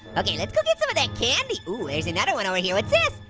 okay let's go get some of that candy. oh, there's another one over here, what's this?